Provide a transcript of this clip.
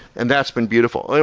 and that's been beautiful.